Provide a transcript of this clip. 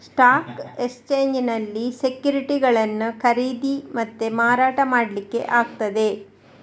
stock ಎಕ್ಸ್ಚೇಂಜಿನಲ್ಲಿ ಸೆಕ್ಯುರಿಟಿಗಳನ್ನ ಖರೀದಿ ಮತ್ತೆ ಮಾರಾಟ ಮಾಡ್ಲಿಕ್ಕೆ ಆಗ್ತದೆ